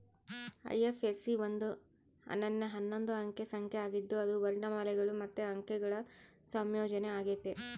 IFSC ಒಂದು ಅನನ್ಯ ಹನ್ನೊಂದು ಅಂಕೆ ಸಂಖ್ಯೆ ಆಗಿದ್ದು ಅದು ವರ್ಣಮಾಲೆಗುಳು ಮತ್ತೆ ಅಂಕೆಗುಳ ಸಂಯೋಜನೆ ಆಗೆತೆ